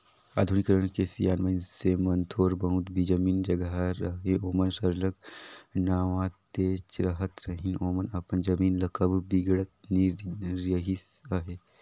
आधुनिकीकरन के सियान मइनसे मन थोर बहुत भी जमीन जगहा रअहे ओमन सरलग बनातेच रहत रहिन ओमन अपन जमीन ल कभू बिगाड़त नी रिहिस अहे